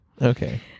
Okay